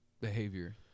behavior